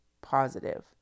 positive